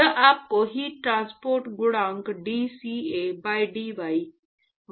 यह आपको heat transport गुणांक dCA by dy y के बराबर 0 पर देगा